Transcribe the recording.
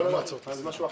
לא על זה, על משהו אחר.